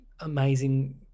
Amazing